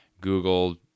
Google